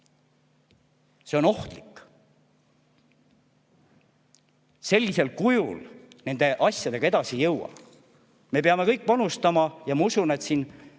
See on ohtlik. Sellisel moel me nende asjadega edasi ei jõua. Me peame kõik panustama – ja ma usun, et siin